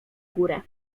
górę